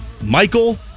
Michael